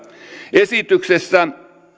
esityksessä